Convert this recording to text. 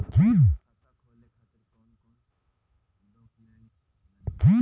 खाता खोले खातिर कौन कौन डॉक्यूमेंट लागेला?